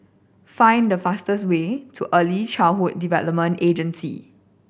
find the fastest way to Early Childhood Development Agency